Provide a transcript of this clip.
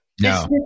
No